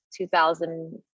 2000